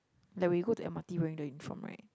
like when you go to M_R_T wearing the uniform right